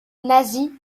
nazi